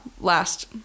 last